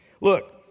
Look